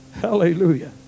Hallelujah